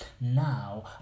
now